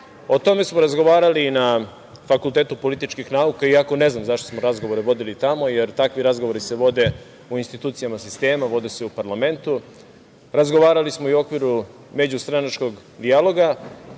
tome smo razgovarali i na Fakultetu političkih nauka, iako ne znam zašto smo razgovore vodili tamo, jer takvi razgovori se vode u institucijama sistema, vode se u parlamentu, razgovarali smo i u okviru međustranačkog dijaloga